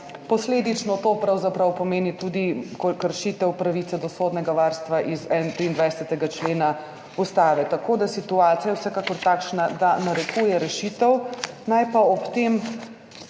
Posledično to pravzaprav pomeni tudi kršitev pravice do sodnega varstva iz 23. člena Ustave. Situacija je vsekakor takšna, da narekuje rešitev. Naj pa ob tem